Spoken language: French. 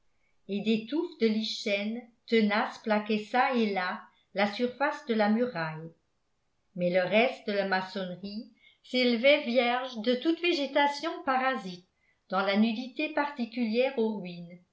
des touffes de lichen tenace plaquaient çà et là la surface de la muraille mais le reste de la maçonnerie s'élevait vierge de toute végétation parasite dans la nudité particulière aux ruines